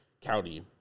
County